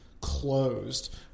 closed